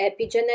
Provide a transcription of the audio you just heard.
epigenetic